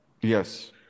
Yes